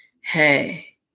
hey